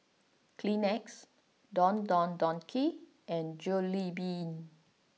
Kleenex Don Don Donki and Jollibean